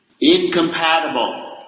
Incompatible